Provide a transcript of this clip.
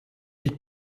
del